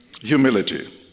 humility